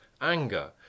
anger